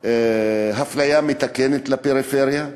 אפליה מתקנת לפריפריה,